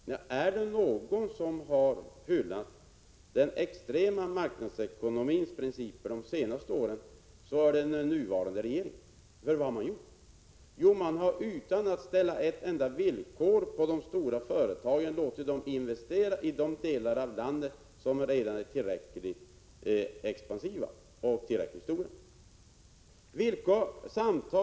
Men är det någon som har hyllat den extrema marknadsekonomins principer under de senaste åren, så är det den nuvarande regeringen. För vad har man gjort? Jo, man har utan att uppställa ett enda villkor för de stora företagen låtit dem investera i de delar av landet som redan är tillräckligt expansiva och tillräckligt stora.